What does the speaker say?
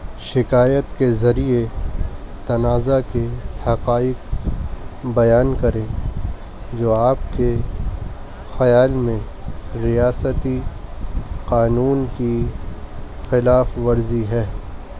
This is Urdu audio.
شکایت کے ذریعے تنازع کے حقائق بیان کریں جو آپ کے خیال میں ریاستی قانون کی خلاف ورزی ہے